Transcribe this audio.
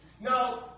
Now